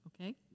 Okay